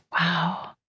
Wow